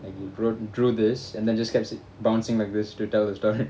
and he wrote drew this and then just kept bouncing like this to tell the story